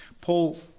Paul